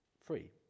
free